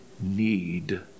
need